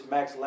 Max